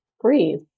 breathe